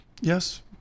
Yes